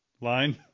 Line